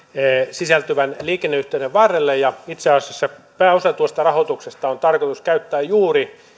sisältyvän liikenneyhteyden varrella itse asiassa pääosa tuosta rahoituksesta on tarkoitus käyttää juuri